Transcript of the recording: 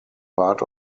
part